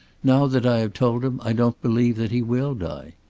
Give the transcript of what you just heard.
now that i have told him i don't believe that he will die.